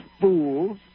fools